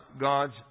God's